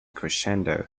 crescendo